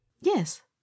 Yes